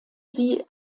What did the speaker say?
sie